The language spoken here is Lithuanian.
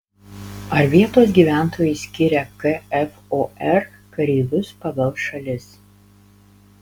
ar vietos gyventojai skiria kfor kareivius pagal šalis